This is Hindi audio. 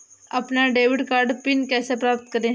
अपना डेबिट कार्ड पिन कैसे प्राप्त करें?